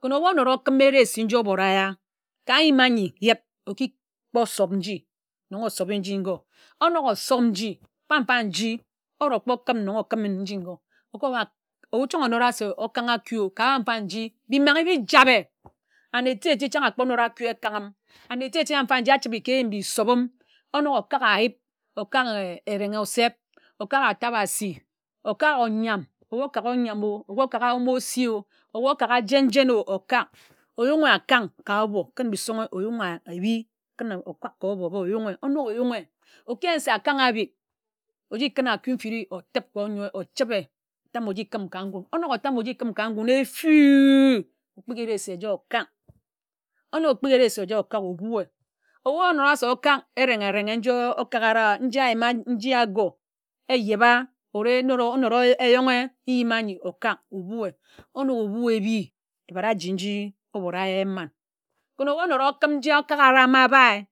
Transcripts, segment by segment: Ken̄ weh onōd oki̇m eresi nji obora yá ka ayim ányi yid oki kpo sob nji nnon osobe nji ńgor onōk ȯsob nji mfa-mfa nji orōkpo okim nnon okime nji ngor chan̄ onōda se okánghe akú ka mfanji mbi manghe ijabe áne eti-eti chan̄ ōkpo nōd akú ekan̄g ghim ane eti-eti mfa-mfa nji achibe ka ēyi mbi sobim onōk okak ayip okak erek oseb okák atabasi okak ónyam ebu ónyam o kpe ókagha ósi o weh okagha jen jen o okāk oyunghi akáng ka óbo okūn bi isonghe óyunghi ebi okún ka ōbo āba oyunghe ōnok onyunghe oki yen se akang abik oji kún akú ifiri otib ochibe otam oji kim ka ngún onok otam oji kim ka ngūn e fēw okpighi eresi eja okāk onōk okpighi eresi eja okāk obuē ebu ono a se okak eren erenghe njum nje okakara nje āyima nji agó eyeba ōre nód onód eyōnghe iyim anyi okāk obue onók óbui ēbi ebad aji nji òbora ye mań ken ye onód okim nje okakara ma abae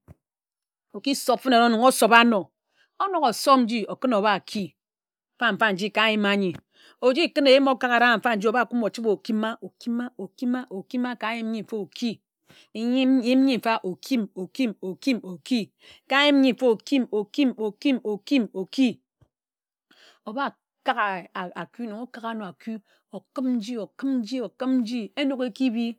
oki sob fene erong nnon osoba áno onōk osob nji okūn oba ki mfa-mfa nji ka ayima ńyi oji kun eyim okakara mfa-mfa nji oba kumi ochibe ókima ókima ókima ókima ka ayim ńyi mfa oki ńyim yim nyi mfa ókim okim ókim ókim oki oba kak e a akú nnon okak áno akú okim nji okim nji okim nji enōk eki bi.